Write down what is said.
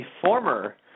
former